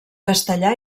castellà